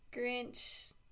Grinch